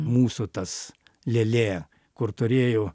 mūsų tas lėlė kur turėjo